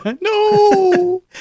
No